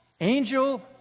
Angel